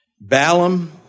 Balaam